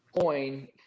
coin